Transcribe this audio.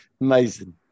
Amazing